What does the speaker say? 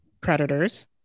predators